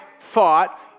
thought